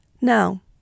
Now